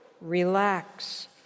Relax